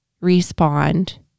respond